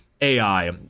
AI